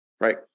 right